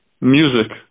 music